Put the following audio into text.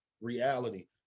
reality